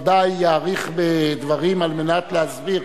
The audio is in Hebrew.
אשר ודאי יאריך בדברים על מנת להסביר,